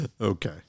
Okay